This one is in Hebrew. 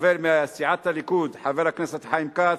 מסיעת הליכוד, חבר הכנסת חיים כץ,